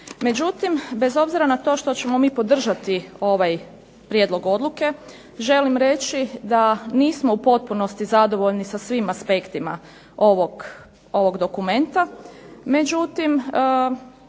Međutim, bez obzira na to što ćemo mi podržati ovaj prijedlog odluke želim reći da nismo u potpunosti zadovoljni sa svim aspektima ovog dokumenta.